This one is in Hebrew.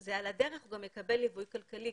זה על הדרך הוא גם יקבל ליווי כלכלי,